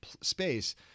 space